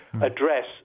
address